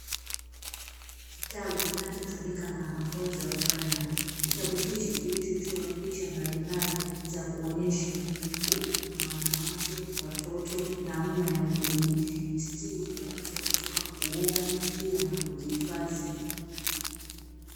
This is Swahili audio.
Kitabu kinachotumika na wanafunzi wa "Primary". Kitabu hiki kilichochorwa picha mbalimbali za kuonyesha, huku kuna wanawake, watoto namna ya kujisitiri wakati wa kutoka kuoga pia na kujihifadhi.